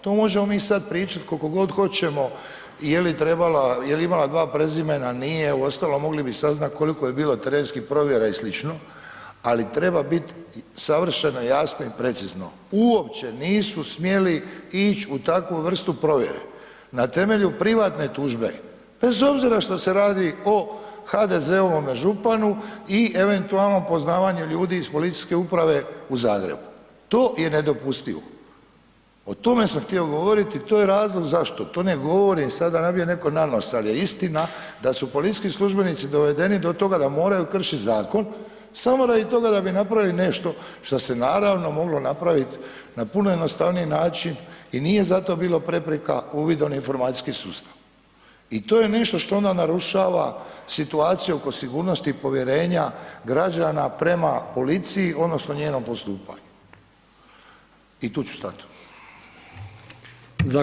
To možemo mi sad pričati koliko god hoćemo je li trebala, je li imala dva prezimena, nije, uostalom mogli bi saznati koliko je bilo terenskih provjera i slično ali treba biti savršeno jasno i precizno uopće nisu smjeli ići u takvu vrstu provjere na temelju privatne tužbe bez obzira što se radi o HDZ-ovome županu i eventualnom poznavanju ljudi iz policijske uprave u Zagrebu, to je nedopustivo, o tome sam htio govoriti, to je razlog zašto, to ne govorim sada da nabijem nekome na nos, al je istina da su policijski službenici dovedeni do toga da moraju kršit zakon samo radi toga da bi napravili nešto šta se naravno moglo napravit na puno jednostavniji način i nije za to bilo prepreka uvidom u informacijski sustav i to je nešto što onda narušava situaciju oko sigurnosti i povjerenja građana prema policiji odnosno njenom postupanju i tu ću stat.